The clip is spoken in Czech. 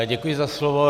Děkuji za slovo.